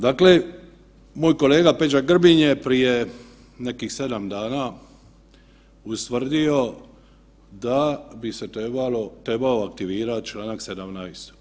Dakle, moj kolega Peđa Grbin je prije nekih 7 dana ustvrdio da bi se trebao aktivirati čl. 17.